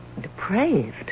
depraved